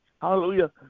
Hallelujah